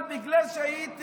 אבל בגלל שהייתי